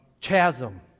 chasm